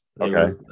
Okay